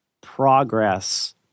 progress